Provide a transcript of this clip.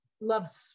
loves